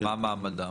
מה מעמדם?